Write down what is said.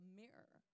mirror